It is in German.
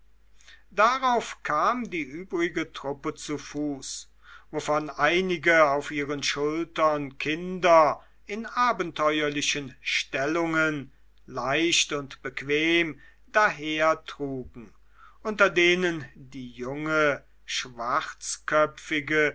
darauf kam die übrige truppe zu fuß wovon einige auf ihren schultern kinder in abenteuerlichen stellungen leicht und bequem dahertrugen unter denen die junge schwarzköpfige